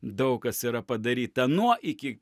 daug kas yra padaryta nuo iki